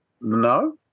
No